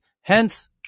Hence